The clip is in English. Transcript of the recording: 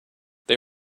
they